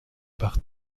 par